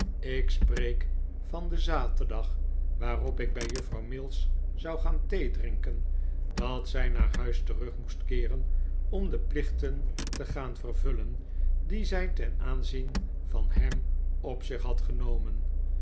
ik spreek van den zaterdag waarop ik bij juffrouw mills zou gaan theedrinken dat zij naar huis terug moest keeren om de plichten te gaan vervullen die zij ten aanzien van ham op zich had genomen